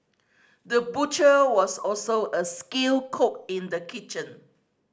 the butcher was also a skilled cook in the kitchen